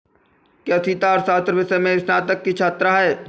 क्या सीता अर्थशास्त्र विषय में स्नातक की छात्रा है?